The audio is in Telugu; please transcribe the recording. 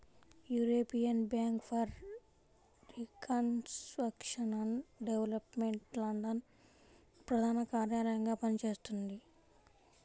European bank for reconstruction and development London ప్రధాన కార్యాలయంగా పనిచేస్తున్నది